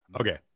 Okay